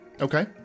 Okay